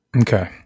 Okay